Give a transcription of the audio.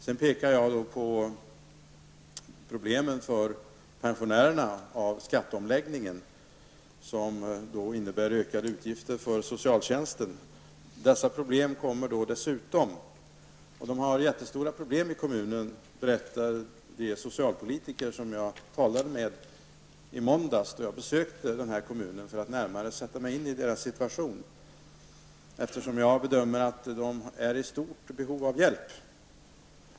Jag pekade också på de problem som skatteomläggningen medför för pensionärerna och som innebär ökade utgifter för socialtjänsten. Man har stora problem i kommunen, berättade de socialpolitiker som jag talade med i måndags då jag besökte kommunen för att närmare sätta mig in i situationen, eftersom jag har gjort bedömningen att kommunen är i stort behov av hjälp.